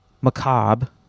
Macabre